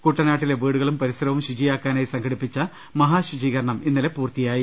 കൂട്ടനാട്ടിലെ വീടുകളും പരിസരവും ശുചിയാക്കാനായി സംഘടിപ്പിച്ച മഹാശുചീകരണം ഇന്നലെ പൂർത്തി യായി